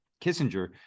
Kissinger